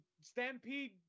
Stampede